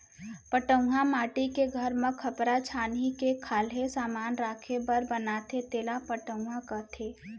पटउहॉं माटी के घर म खपरा छानही के खाल्हे समान राखे बर बनाथे तेला पटउहॉं कथें